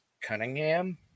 Cunningham